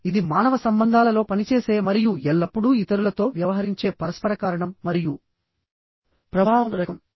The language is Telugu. కాబట్టి ఇది మానవ సంబంధాలలో పనిచేసే మరియు ఎల్లప్పుడూ ఇతరులతో వ్యవహరించే పరస్పర కారణం మరియు ప్రభావం రకం